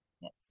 Yes